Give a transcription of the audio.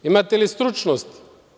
Imate li stručnosti?